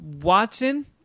Watson